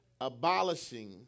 Abolishing